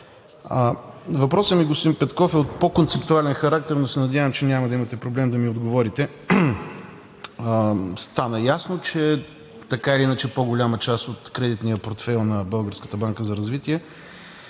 Въпросът ми, господин Петков, е от по-концептуален характер, но се надявам, че няма да имате проблем да ми отговорите. Стана ясно, че така или иначе по-голяма част от кредитния портфейл на Българска